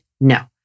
no